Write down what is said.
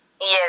Yes